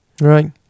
right